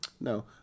No